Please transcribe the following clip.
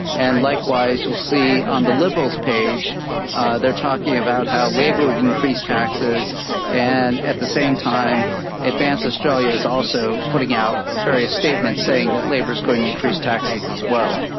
and likewise you'll see on the liberals page they're talking about how labor would increase taxes and at the same time advance australia is also putting out various statements saying that labor is going to increase taxes as well.